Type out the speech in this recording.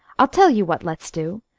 i'll tell you what let's do.